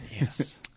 Yes